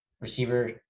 Receiver